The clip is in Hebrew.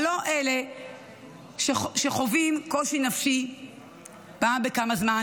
לא אלה שחווים קושי נפשי פעם בכמה זמן